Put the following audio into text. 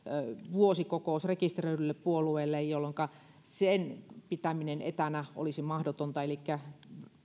vuosikokous rekisteröidylle puolueelle jolloinka sen pitäminen etänä olisi mahdotonta elikkä sen